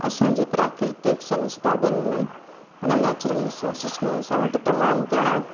असांजे प्राकृतिक संसाधन में मना नैचरल रिसोर्सिस में असां वटि तमामु घणा